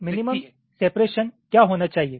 तो minimum separation क्या होना चाहिए